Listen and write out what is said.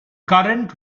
current